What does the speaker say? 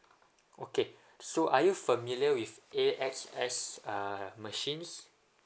okay so are you familiar with A_X_S uh machines